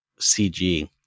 cg